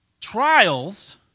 trials